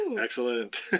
Excellent